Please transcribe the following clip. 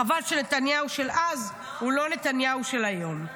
חבל שנתניהו של אז הוא לא נתניהו של היום.